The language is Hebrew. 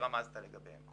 שרמזת להם.